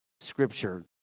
scripture